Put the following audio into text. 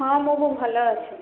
ହଁ ମୁଁ ଖୁବ୍ ଭଲ ଅଛି